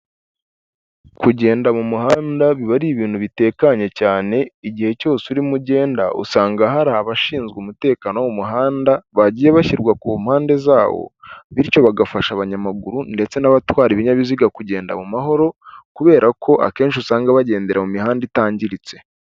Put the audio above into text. Kugenda mu muhanda biba ari ibintu bitekanye cyane, igihe cyose urimo ugenda, usanga hari abashinzwe umutekano wo mu muhanda, bagiye bashyirwa ku mpande zawo, bityo bagafasha abanyamaguru ndetse n'abatwara ibinyabiziga kugenda mu mahoro, kubera ko akenshi usanga bagendera mu mihanda itangiritse.